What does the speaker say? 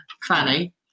Fanny